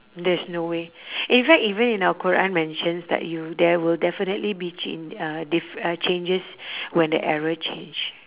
there's no way in fact even in our quran mentions like you there will definitely be chan~ uh diffe~ uh changes when the era change